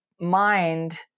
mind